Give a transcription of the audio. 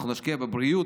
אנחנו נשקיע בבריאות,